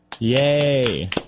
Yay